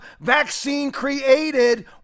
vaccine-created